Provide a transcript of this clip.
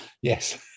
yes